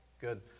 Good